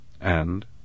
And